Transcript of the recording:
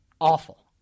awful